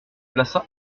plaça